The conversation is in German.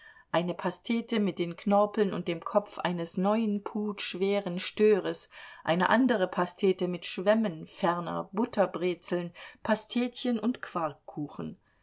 eine pastete mit den knorpeln und dem kopf eines neun pud schweren störes eine andere pastete mit schwämmen ferner butterbrezeln pastetchen und